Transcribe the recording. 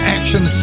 Action